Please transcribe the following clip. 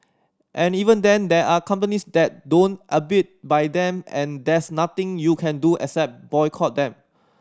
and even then there are companies that don't abide by them and there's nothing you can do except boycott them